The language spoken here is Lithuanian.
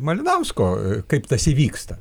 malinausko kaip tas įvyksta